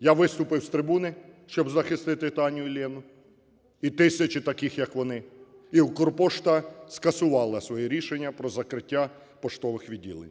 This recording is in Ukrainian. Я виступив з трибуни, щоб захистити Таню і Лєну, і тисячі таких, як вони. І "Укрпошта" скасувала своє рішення про закриття поштових відділень.